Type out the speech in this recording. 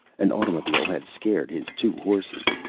an automobile had scared his two horses.